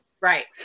right